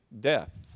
death